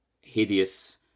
hideous